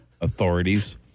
authorities